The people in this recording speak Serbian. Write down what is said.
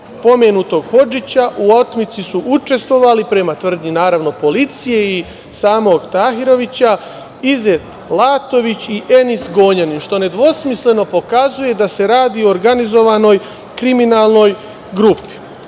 pomenutog Hodžića u otmici su učestvovali prema tvrdnji, naravno, policije i samog Tahirovića, Izet Latović i Enis Gonjanin, što nedvosmisleno pokazuje da se radi o organizovanoj kriminalnoj grupi. Nedugo